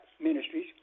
Ministries